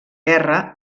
guerra